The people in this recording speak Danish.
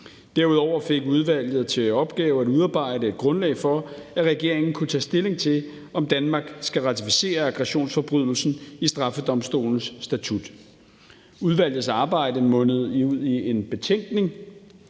Derudover fik udvalget til opgave at udarbejde et grundlag for, at regeringen kunne tage stilling til, om Danmark skal ratificere aggressionsforbrydelsen i straffedomstolens statut. Udvalgsarbejdet mundede ud i en betænkning